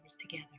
together